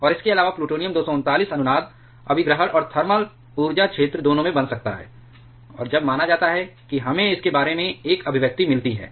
और इसके अलावा प्लूटोनियम 239 अनुनाद अभिग्रहण और थर्मल ऊर्जा क्षेत्र दोनों में बन सकता है और जब माना जाता है कि हमें इसके बारे में एक अभिव्यक्ति मिलती है